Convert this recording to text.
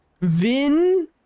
Vin